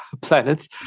planets